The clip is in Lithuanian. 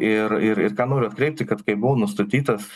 ir ir ir ką noriu atkreipti kad kai buvo nustatytas